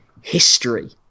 history